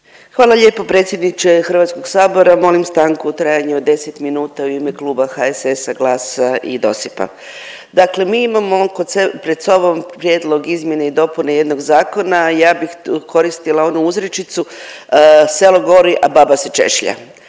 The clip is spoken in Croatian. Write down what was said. Hvala lijepo predsjedniče Hrvatskog sabora. Molim stanku u trajanju od 10 minuta u ime kluba HSS-a, GLAS-a i DOSIP-a. Dakle, mi imamo pred sobom Prijedlog izmjene i dopune jednog zakona, a ja bih koristila onu uzrečicu „selo gori, a baba se češlja“.